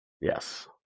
Yes